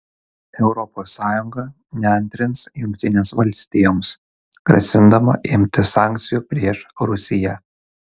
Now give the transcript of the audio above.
europos sąjunga neantrins jungtinėms valstijoms grasindama imtis sankcijų prieš rusiją